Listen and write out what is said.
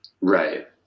Right